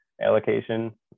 allocation